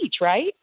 right